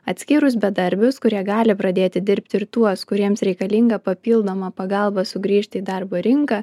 atskyrus bedarbius kurie gali pradėti dirbti ir tuos kuriems reikalinga papildoma pagalba sugrįžti į darbo rinką